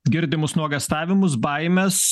girdimus nuogąstavimus baimes